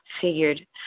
figured